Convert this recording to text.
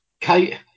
Kate